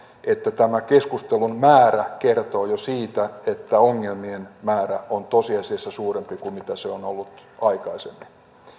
että tämä keskustelun määrä jo kertoo siitä että ongelmien määrä on tosiasiassa suurempi kuin se on ollut aikaisemmin